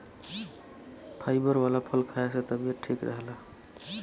fibre वाला फल खाए से तबियत ठीक रहला